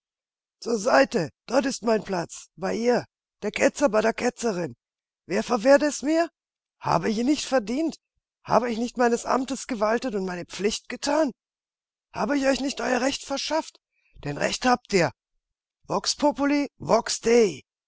zur seite dort ist mein platz bei ihr der ketzer bei der ketzerin wer verwehrt es mir hab ich ihn nicht verdient habe ich nicht meines amtes gewaltet und meine pflicht getan habe ich euch nicht euer recht verschafft denn recht habt ihr vox populi vox